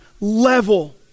level